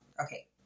okay